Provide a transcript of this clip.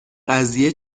قضیه